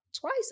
twice